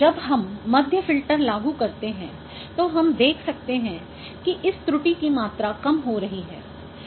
जब हम मध्य फ़िल्टर लागू करते हैं तो हम देख सकते हैं कि इस त्रुटि की मात्रा कम हो रही है